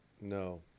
no